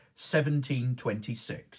1726